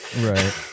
Right